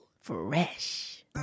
Fresh